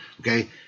Okay